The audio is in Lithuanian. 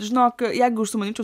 žinok jeigu užsimanyčiau